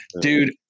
Dude